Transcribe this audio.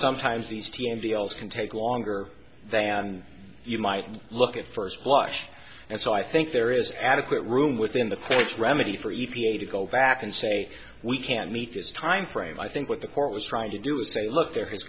sometimes these t m t else can take longer than you might look at first blush and so i think there is adequate room within the court's remedy for e p a to go back and say we can't meet this timeframe i think what the court was trying to do is say look there has